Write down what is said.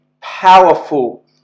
powerful